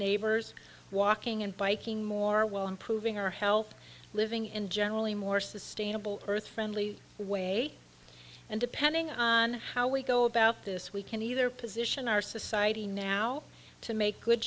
neighbors walking and biking more while improving our health living in generally more sustainable earth friendly way and depending on how we go about this we can either position our society now to make good